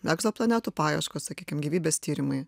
egzoplanetų paieškos sakykim gyvybės tyrimai